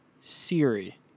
Siri